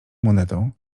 monetą